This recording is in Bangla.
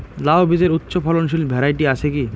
লাউ বীজের উচ্চ ফলনশীল ভ্যারাইটি আছে কী?